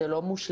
זה לא מושלם,